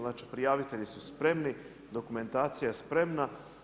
Inače prijavitelji su spremni, dokumentacija je spremna.